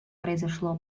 произошло